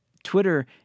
Twitter